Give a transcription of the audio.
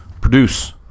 produce